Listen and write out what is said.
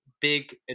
big